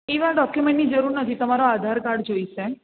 એવા ડોક્યુમેન્ટની જરૂર નથી તમારું આધાર કાર્ડ જોઈશે